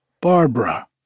Barbara